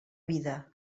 vida